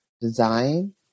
design